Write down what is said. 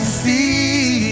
see